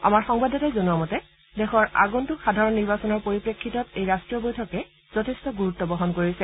আমাৰ সংবাদদাতাই জনোৱা মতে দেশৰ আগন্তুক সাধাৰণ নিৰ্বাচনৰ পৰিপ্ৰেক্ষিতত এই ৰাষ্টীয় বৈঠকে যথেষ্ট গুৰুত্ব বহন কৰিছে